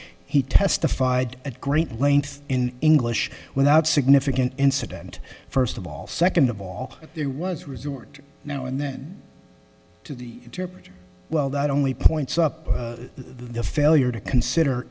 he testified at great length in english without significant incident first of all second of all there was resort now and then to the interpreter well that only points up the failure to consider